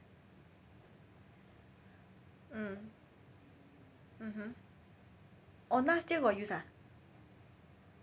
mm mmhmm oh na still got use ah